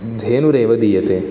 धेनुरेव दीयते